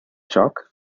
chalk